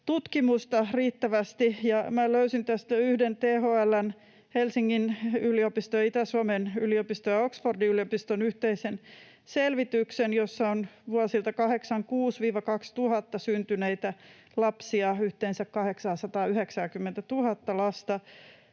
tutkimusta riittävästi. Minä löysin tästä jo yhden THL:n, Helsingin yliopiston, Itä-Suomen yliopiston ja Oxfordin yliopiston yhteisen selvityksen, jossa on seurattu vuosina 1986—2000 syntyneitä lapsia, yhteensä 890 000:ta lasta.